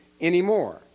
anymore